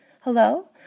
Hello